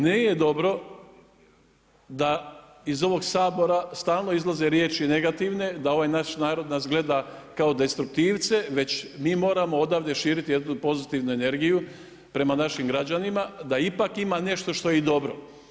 Nije dobro da iz ovog Sabora stalno izlaze riječi negativne, da ovaj naš narod nas gleda kao destruktivce već mi moramo odavde širiti jednu pozitivnu energiju prema našim građanima da ipak ima nešto što je dobro.